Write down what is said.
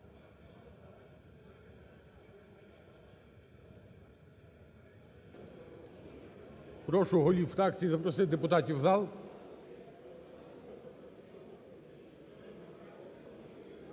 Прошу голів фракцій запросити депутатів в зал